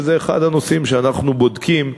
וזה אחד הנושאים שאנחנו בודקים,